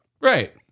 Right